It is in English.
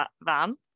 van